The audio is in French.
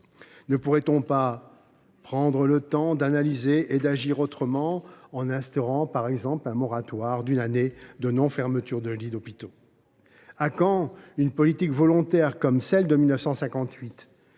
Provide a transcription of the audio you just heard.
Ne pourrait on pas prendre le temps d’analyser et d’agir autrement, en instaurant, par exemple, un moratoire d’une année de non fermeture de lits d’hôpitaux ?